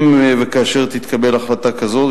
אם וכאשר תתקבל החלטה כזאת,